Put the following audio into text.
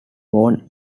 born